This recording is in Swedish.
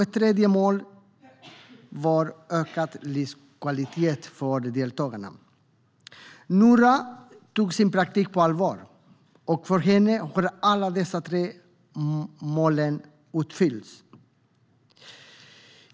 Ett tredje mål har varit ökad livskvalitet för deltagarna. Noora tog sin praktik på allvar, och för henne har alla tre målen uppfyllts.